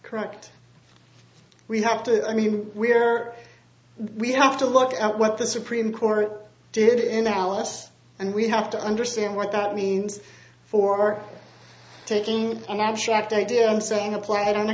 correct we have to i mean we're we have to look at what the supreme court did in the last and we have to understand what that means for taking an actual act idea i'm saying applied on